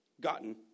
gotten